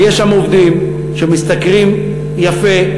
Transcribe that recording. אבל יש שם עובדים שמשתכרים יפה.